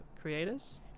creators